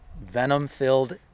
venom-filled